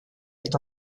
est